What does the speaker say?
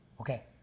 okay